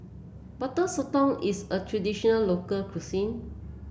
Butter Sotong is a traditional local cuisine